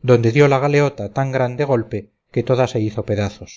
donde dio la galeota tan grande golpe que toda se hizo pedazos